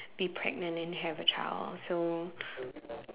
be pregnant and have a child so